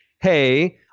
hey